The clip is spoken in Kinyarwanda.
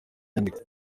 nyandiko